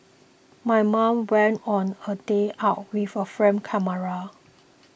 my mom went on a day out with a film camera